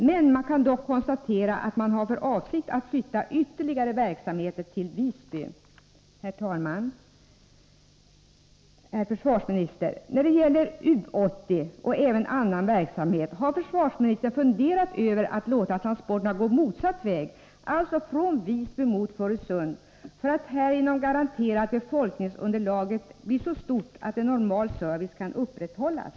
Vi kan också konstatera att man har för avsikt att flytta ytterligare verksamheter till Visby. Herr talman! Jag vill avsluta med en fråga: Har försvarsministern när det gäller U 80, och även annan verksamhet, funderat över att låta transporterna gå motsatt väg, alltså från Visby mot Fårösund, för att härigenom garantera ett så stort befolkningsunderlag att normal service kan upprätthållas?